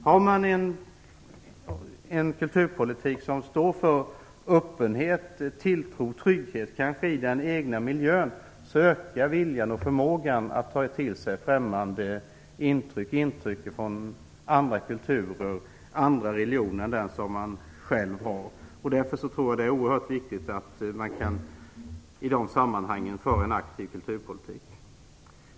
Har man en kulturpolitik som står för öppenhet, tilltro och trygghet i den egna miljön ökar viljan och förmågan att ta till sig främmande intryck, intryck från andra kulturer och religioner än den som man själv har. Därför är det oerhört viktigt att man i de sammanhangen kan föra en aktiv kulturpolitik.